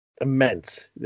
immense